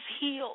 healed